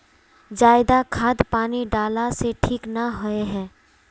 ज्यादा खाद पानी डाला से ठीक ना होए है?